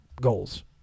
goals